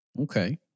Okay